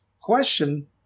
question